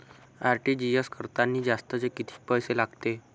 RTGS करतांनी जास्तचे कितीक पैसे लागते?